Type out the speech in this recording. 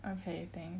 okay thank